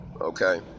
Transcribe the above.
Okay